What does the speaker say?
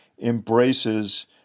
embraces